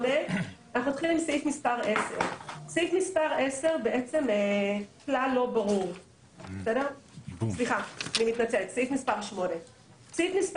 8. סעיף 8,